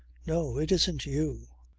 no, it isn't you.